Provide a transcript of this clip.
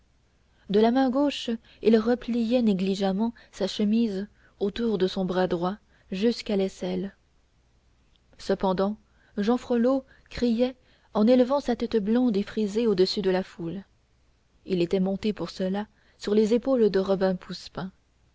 de la main gauche il repliait négligemment sa chemise autour de son bras droit jusqu'à l'aisselle cependant jehan frollo criait en élevant sa tête blonde et frisée au-dessus de la foule il était monté pour cela sur les